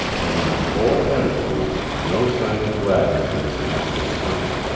and in his whole attitude no sign of gladness at his master's coming.